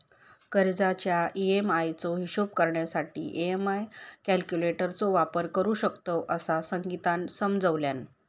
कर्जाच्या ई.एम्.आई चो हिशोब करण्यासाठी ई.एम्.आई कॅल्क्युलेटर चो वापर करू शकतव, असा संगीतानं समजावल्यान